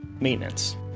Maintenance